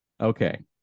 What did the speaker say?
okay